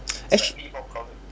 actu~